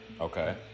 Okay